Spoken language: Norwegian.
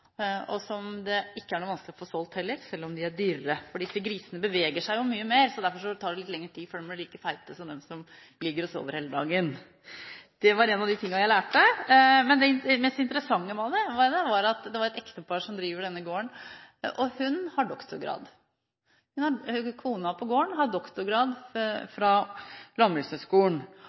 og som det heller ikke er vanskelig å få solgt, selv om de er dyrere. Disse grisene beveger seg jo mye mer, og derfor tar det litt lengre tid før de blir like feite som dem som ligger og sover hele dagen. Det var en av de tingene jeg lærte. Men det mest interessante ved det var at det er et ektepar som driver denne gården, og kona på gården har en doktorgrad fra Landbrukshøyskolen. Hun